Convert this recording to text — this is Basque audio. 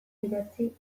idatzi